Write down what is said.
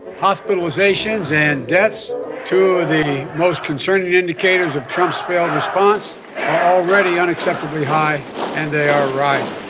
hospitalizations and deaths to the most concerning indicators of trump's failed response already unacceptably high. and they are rising